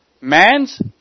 man's